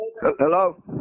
Hello